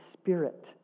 Spirit